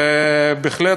בהחלט,